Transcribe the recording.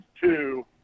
two